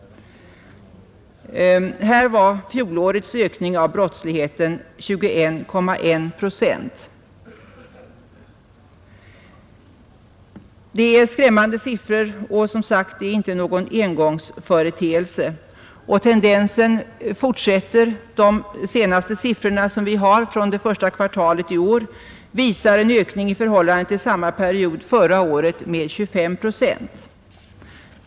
Där var fjolårets ökning av brottsligheten 21,1 procent. Det är skrämmande siffror, och det är ingen engångsföreteelse. Tendensen fortsätter; de senaste siffrorna från första kvartalet i år visar en ökning i förhållande till samma period förra året med 25 procent.